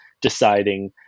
deciding